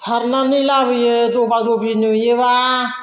सारनानै लाबोयो दबा दबि नुयोब्ला